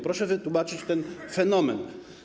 Proszę wytłumaczyć ten fenomen.